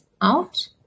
out